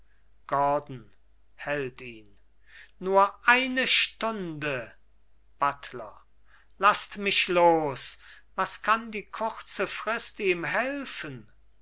gordon hält ihn nur eine stunde buttler laßt mich los was kann die kurze frist ihm helfen